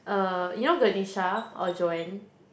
uh you know Ganesha or Joanne